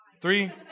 Three